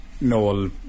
Noel